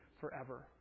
forever